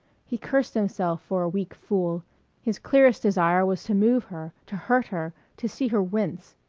he cursed himself for a weak fool his clearest desire was to move her, to hurt her, to see her wince.